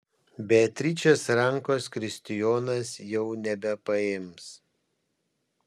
beatričės rankos kristijonas jau nebepaims